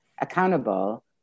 accountable